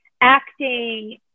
acting